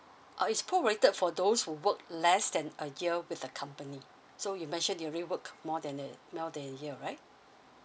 oh is prorated for those who work less than a year with the company so you mentioned you already work more than a more than a year right